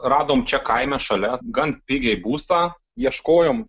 radom čia kaime šalia gan pigiai būstą ieškojom